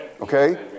Okay